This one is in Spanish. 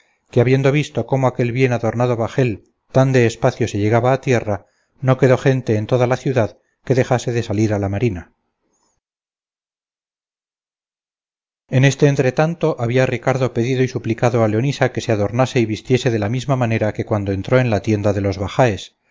que habiendo visto cómo aquel bien adornado bajel tan de espacio se llegaba a tierra no quedó gente en toda la ciudad que dejase de salir a la marina en este entretanto había ricardo pedido y suplicado a leonisa que se adornase y vistiese de la misma manera que cuando entró en la tienda de los bajaes